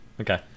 Okay